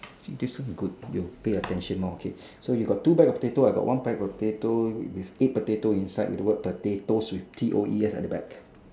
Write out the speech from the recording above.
this one good you pay attention more okay so you got two bag of potato I got one bag of potato with eight potato inside with the word potato with T O E S at the back